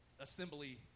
assembly